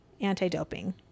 anti-doping